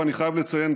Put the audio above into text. ואני חייב לציין,